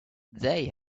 they